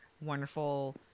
wonderful